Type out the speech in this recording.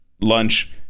lunch